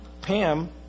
Pam